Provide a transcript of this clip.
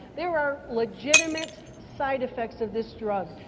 there are legitimate side effects of this drug.